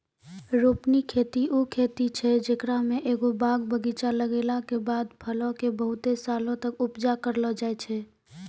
रोपनी खेती उ खेती छै जेकरा मे एगो बाग बगीचा लगैला के बाद फलो के बहुते सालो तक उपजा करलो जाय छै